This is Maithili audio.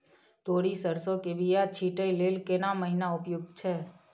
तोरी, सरसो के बीया छींटै लेल केना महीना उपयुक्त छै?